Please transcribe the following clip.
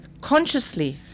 consciously